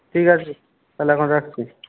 ঠিক আছে তাহলে এখন রাখছি